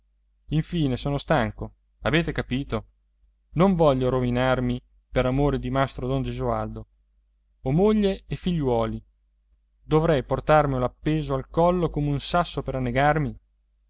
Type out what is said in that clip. infine sono stanco avete capito non voglio rovinarmi per amore di mastro don gesualdo ho moglie e figliuoli dovrei portarmelo appeso al collo come un sasso per annegarmi